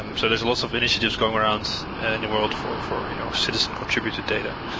um so there's a lots of initiatives going around in the world for for you know citizen contributed data,